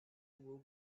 will